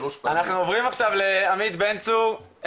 אנחנו עוברים עכשיו לעמית בנצור,